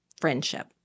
friendship